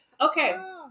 Okay